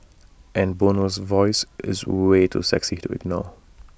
and Bono's voice is way too sexy to ignore